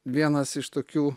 vienas iš tokių